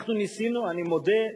אנחנו ניסינו, אני מודה,